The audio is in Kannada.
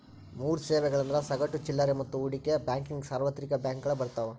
ಮೂರ್ ಸೇವೆಗಳಂದ್ರ ಸಗಟು ಚಿಲ್ಲರೆ ಮತ್ತ ಹೂಡಿಕೆ ಬ್ಯಾಂಕಿಂಗ್ ಸಾರ್ವತ್ರಿಕ ಬ್ಯಾಂಕಗಳು ಬರ್ತಾವ